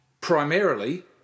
primarily